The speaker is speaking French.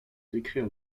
décrire